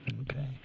Okay